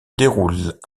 déroulent